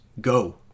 go